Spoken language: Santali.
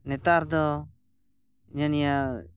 ᱱᱮᱛᱟᱨ ᱫᱚ ᱦᱤᱱᱟᱹ ᱱᱤᱭᱟᱹ